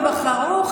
ובחרו,